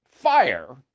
Fire